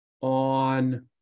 on